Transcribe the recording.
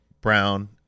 Brown